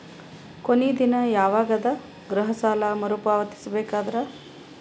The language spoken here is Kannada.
ಕೊನಿ ದಿನ ಯವಾಗ ಅದ ಗೃಹ ಸಾಲ ಮರು ಪಾವತಿಸಬೇಕಾದರ?